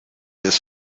ist